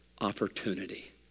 Opportunity